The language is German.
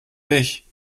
dich